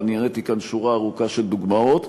ואני הראיתי כאן שורה ארוכה של דוגמאות.